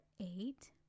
eight